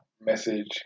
message